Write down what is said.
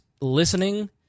listening